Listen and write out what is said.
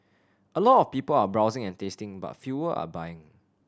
a lot of people are browsing and tasting but fewer are buying